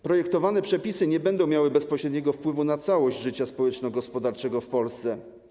Projektowane przepisy nie będą miały bezpośredniego wpływu na całość życia społeczno-gospodarczego w Polsce.